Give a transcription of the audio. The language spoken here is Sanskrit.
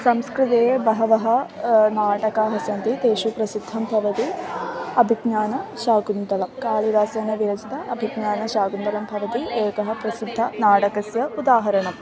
संस्कृते बहवः नाटकानि सन्ति तेषु प्रसिद्धं भवति अभिज्ञानशाकुन्तलं कालिदासेन विरचितं अभिज्ञानशाकुन्तलं भवति एकं प्रसिद्धनाटकस्य उदाहरणम्